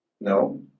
No